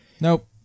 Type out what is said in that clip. Nope